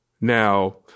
Now